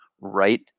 right